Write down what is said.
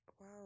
Wow